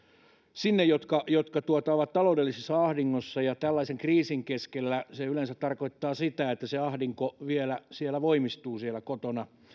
niille jotka ovat taloudellisessa ahdingossa tällaisen kriisin keskellä se yleensä tarkoittaa sitä että se ahdinko vielä siellä kotona